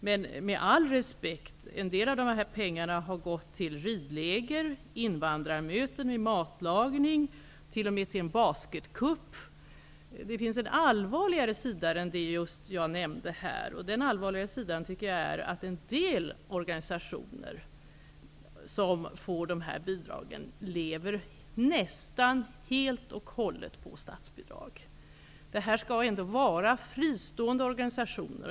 Men, med all respekt, en del av dessa pengar har gått till ridläger, invandrarmöten i matlagning, t.o.m. till en basket-cup. Det finns en allvarligare sida än det jag nämde här, nämligen att en del av de organisationer som får dessa bidrag lever nästan helt och hållet på statsbidrag. Det skall ju ändå vara fråga om fristående organisationer.